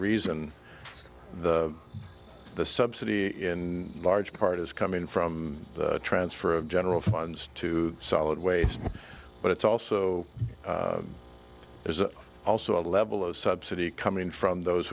reason the subsidy in large part is coming from the transfer of general funds to solid waste but it's also there's a also a level of subsidy coming from those